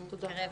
תודה.